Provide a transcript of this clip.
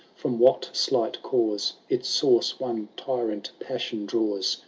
from what slight cause its source one tyrant passion draws,